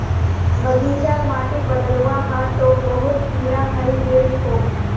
बगीचार माटिक बदलवा ह तोक बहुत कीरा हइ गेल छोक